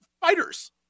fighters